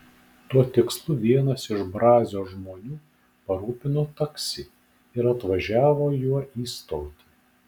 tuo tikslu vienas iš brazio žmonių parūpino taksi ir atvažiavo juo į stotį